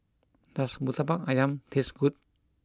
does Murtabak Ayam taste good